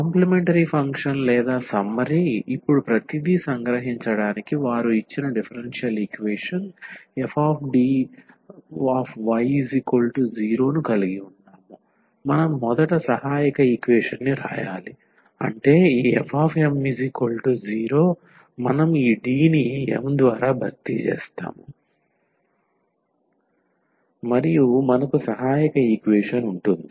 complementary function లేదా summary ఇప్పుడు ప్రతిదీ సంగ్రహించడానికి వారు ఇచ్చిన డిఫరెన్షియల్ ఈక్వేషన్ fDy0 ను కలిగి ఉన్నాము మనం మొదట సహాయక ఈక్వేషన్ ని వ్రాయాలి అంటే ఈ fm0 మనం ఈ D ని m ద్వారా భర్తీ చేస్తాము మరియు మనకు సహాయక ఈక్వేషన్ ఉంటుంది